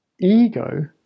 Ego